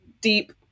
deep